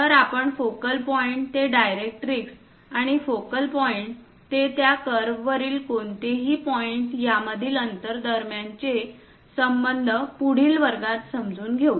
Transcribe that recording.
तर आपण focal point ते डायरेक्ट्रिक्स आणि फोकल पॉइंट ते त्या कर्ववरील कोणताही पॉईंट यामधील अंतर दरम्यानचे संबंध पुढील वर्गात समजून घेऊ